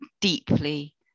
deeply